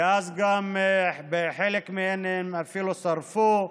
ואז גם חלק מהן אפילו שרפו,